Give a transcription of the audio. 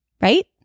right